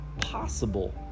possible